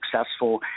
successful